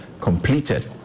completed